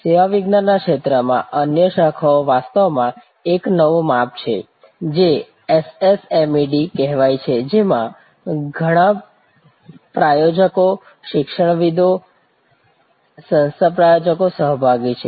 સેવા વિજ્ઞાનના ક્ષેત્રમાં અન્ય શાખાઓ વાસ્તવમાં એક નવું માપ છે જેને SSMED કહેવાય છે જેમાં ઘણા પ્રાયોજકો શિક્ષણવિદો સંસ્થા પ્રાયોજકો સહભાગી છે